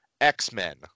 X-Men